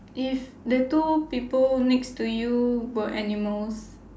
if the two people next two you were animals